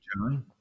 John